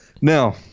Now